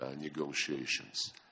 Negotiations